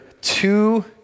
two